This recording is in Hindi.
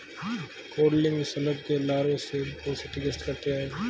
कॉडलिंग शलभ के लार्वे सेब को क्षतिग्रस्त करते है